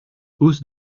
hausse